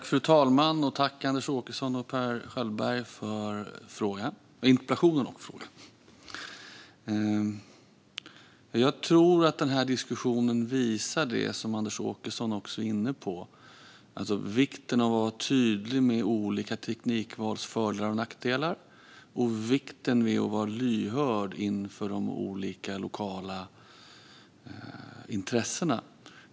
Fru talman! Jag tackar Anders Åkesson och Per Schöldberg för interpellationen och frågorna. Jag tror att diskussionen visar det som Anders Åkesson också är inne på: vikten av att vara tydlig med olika teknikvals fördelar och nackdelar och vikten av att vara lyhörd inför de olika lokala intressena.